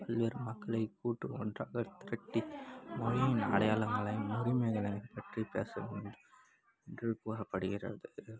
பல்வேறு மக்களை கூட்டு ஒன்றாக திரட்டி மொழியின் அடையாளங்களையும் மகிமைகளையும் பற்றிப் பேச வேண்டும் என்று கூறப்படுகிறது